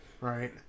right